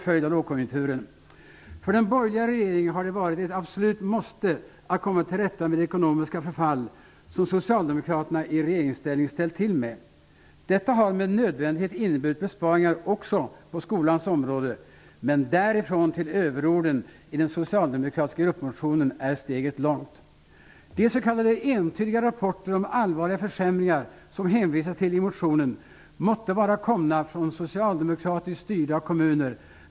För den borgerliga regeringen har det varit ett absolut måste att komma till rätta med det ekonomiska förfall som Socialdemokraterna i regeringsställning ställt till med. Detta har med nödvändighet inneburit besparingar också på skolans område. Men därifrån till överorden i den socialdemokratiska gruppmotionen är steget långt. De s.k. entydiga rapporter om allvarliga försämringar som hänvisas till i motionen måtte vara komna från socialdemokratiskt styrda kommuner.